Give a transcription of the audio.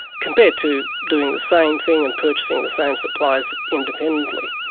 compared to doing the same thing and purchasing the same supplies independently.